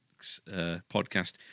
podcast